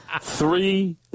three